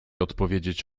odpowiedzieć